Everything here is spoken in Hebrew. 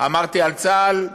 על צה"ל,